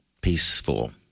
Peaceful